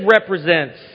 represents